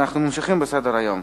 אנחנו ממשיכים בסדר-היום.